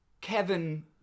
Kevin